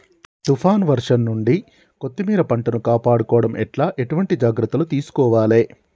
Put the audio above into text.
తుఫాన్ వర్షం నుండి కొత్తిమీర పంటను కాపాడుకోవడం ఎట్ల ఎటువంటి జాగ్రత్తలు తీసుకోవాలే?